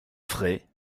frais